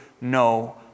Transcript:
no